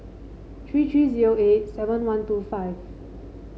three three zero eight seven one two five